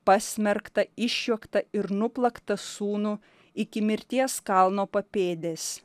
pasmerktą išjuoktą ir nuplaktą sūnų iki mirties kalno papėdės